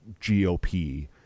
GOP